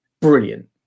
Brilliant